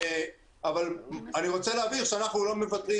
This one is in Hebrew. אבל אני רוצה להבהיר שאנחנו לא מוותרים